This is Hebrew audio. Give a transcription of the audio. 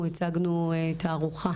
אנחנו הצגנו תערוכה